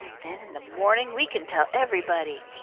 then in the morning we can tell everybody.